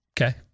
Okay